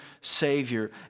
Savior